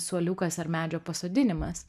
suoliukas ar medžio pasodinimas